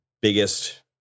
biggest